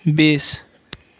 বিছ